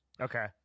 Okay